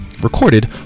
Recorded